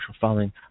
following